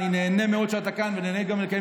אני נהנה מאוד שאתה כאן ונהנה גם לקיים